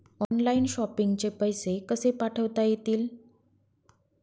Online shopping चे पैसे कसे पाठवता येतील?